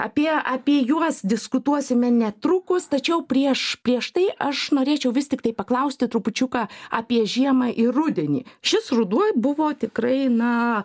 apie apie juos diskutuosime netrukus tačiau prieš prieš tai aš norėčiau vis tiktai paklausti trupučiuką apie žiemą ir rudenį šis ruduoj buvo tikrai na